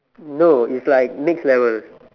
no it's like next level